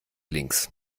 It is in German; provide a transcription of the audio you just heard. links